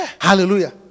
hallelujah